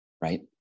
right